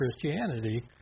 Christianity